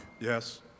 Yes